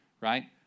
right